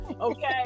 Okay